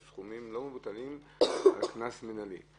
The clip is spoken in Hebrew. אלה סכומים לא מבוטלים על קנס מינהלי.